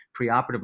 preoperatively